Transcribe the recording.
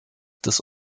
des